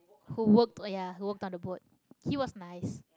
who worked ya who worked on the boat he was nice